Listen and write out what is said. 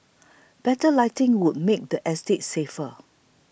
better lighting would make the estate safer